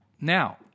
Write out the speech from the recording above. now